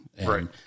Right